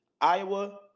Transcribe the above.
Iowa –